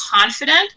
confident